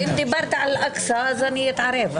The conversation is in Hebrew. אם תדבר על אקצא אז אני אתערב.